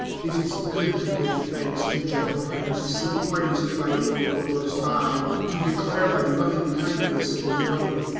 it is good to give thanks to jehovah, and to sing praise to thy name, most high to declare thy loving-kindness in the morning.